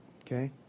okay